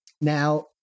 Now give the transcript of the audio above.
Now